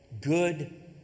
good